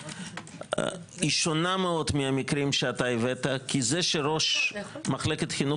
היא שונה מאוד מהמקרים שהבאת כי זה שראש מחלקת חינוך